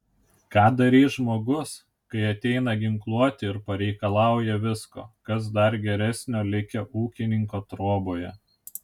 ką darys žmogus kai ateina ginkluoti ir pareikalauja visko kas dar geresnio likę ūkininko troboje